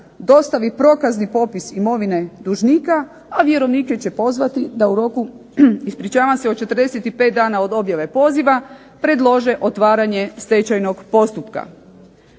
dostavi prokazni popis imovine dužnika a vjerovnike će pozvati da u roku od 45 dana od objave poziva predlože otvaranje stečajnog postupka.